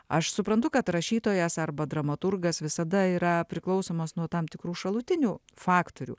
aš suprantu kad rašytojas arba dramaturgas visada yra priklausomas nuo tam tikrų šalutinių faktorių